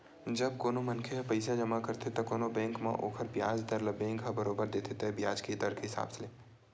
जब कोनो मनखे ह पइसा जमा करथे त कोनो बेंक म ओखर बियाज दर ल बेंक ह बरोबर देथे तय बियाज दर के हिसाब ले